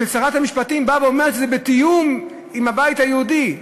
ששרת המשפטים אומרת שזה בתיאום עם הבית היהודי.